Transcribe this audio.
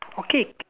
okay